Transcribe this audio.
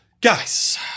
Guys